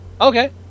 Okay